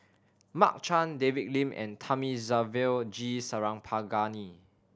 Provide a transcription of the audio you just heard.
Mark Chan David Lim and Thamizhavel G Sarangapani